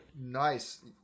Nice